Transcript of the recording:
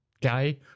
guy